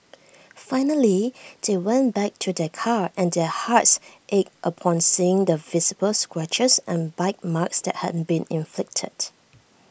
finally they went back to their car and their hearts ached upon seeing the visible scratches and bite marks that had been inflicted